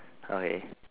okay